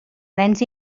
nens